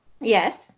Yes